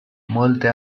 molte